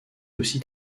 aussi